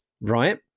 right